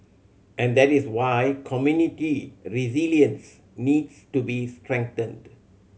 and that is why community resilience needs to be strengthened